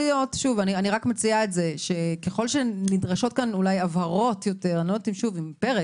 אני רק מציעה שככל שנדרשות כאן אולי יותר הבהרות לא יודעת אם פרק,